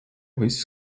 viss